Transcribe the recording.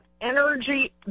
Energy